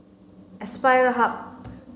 Aspire Hub